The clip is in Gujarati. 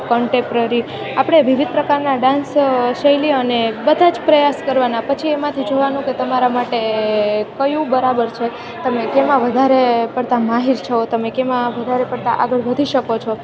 કંટેપ્રરી આપણે વિવિધ પ્રકરણમાં ડાન્સ શૈલી અને બધા જ પ્રયાસ કરવાના પછી એમાંથી જોવાનું કે તમારા માટે કયું બરાબર છે તમે કેમાં વધારે પડતાં માહિર છો તમે કેમાં વધારતા પડતાં આગળ વધી શકો છો